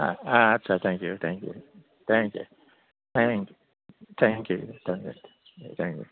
आच्चा thank you देह thank you दे देह